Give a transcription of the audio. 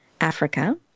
Africa